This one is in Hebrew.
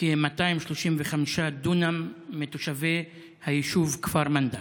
כ-235 דונם מתושבי היישוב כפר מנדא.